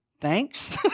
thanks